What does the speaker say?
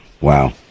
wow